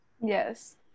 yes